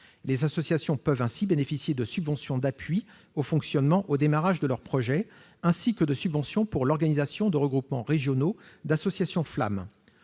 Les associations peuvent ainsi bénéficier de subventions d'appui au fonctionnement au démarrage de leur projet, ainsi que de subventions pour l'organisation de regroupements régionaux d'associations FLAM.